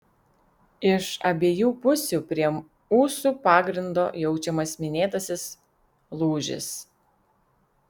iš abiejų pusių prie ūsų pagrindo jaučiamas minėtasis lūžis